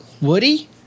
Woody